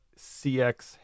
CX